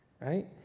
right